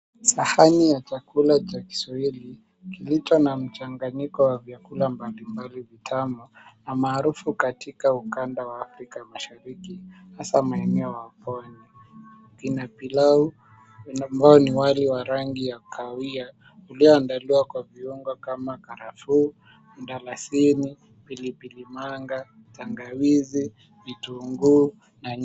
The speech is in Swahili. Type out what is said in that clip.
Sahani ya chakula cha kiswahili kilicho na mchanganyiko wa vyakula mbalimbali vitano, almaarufu katika ukanda wa Afrika Mashariki, hasa maeneo ya Pwani, vina pilau, ambao ni wali wa rangi ya kahawia, ulioandaliwa kwa viungo kama karafuu, mdalasini, pilipilimanga, tangawizi, vitunguu na nyanya.